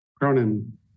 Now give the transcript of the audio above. Cronin